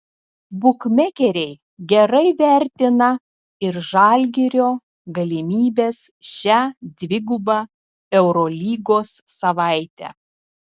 bukmekeriai gerai vertina ir žalgirio galimybes šią dvigubą eurolygos savaitę